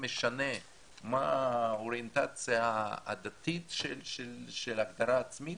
משנה מה האוריינטציה הדתית של ההכרה העצמית,